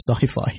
sci-fi